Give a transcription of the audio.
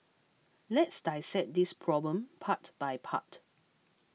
let's dissect this problem part by part